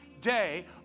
day